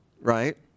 right